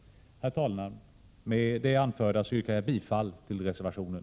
Herr talman! Med det anförda yrkar jag bifall till reservationen.